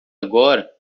agora